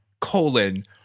colon